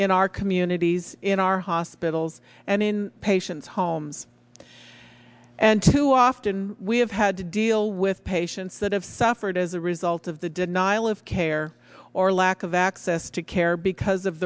in our communities in our hospitals and in patients homes and too often we have had to deal with patients that have suffered as a result of the denial of care or lack of access to care because of